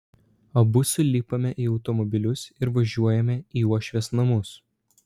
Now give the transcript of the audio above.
abu sulipame į automobilius ir važiuojame į uošvės namus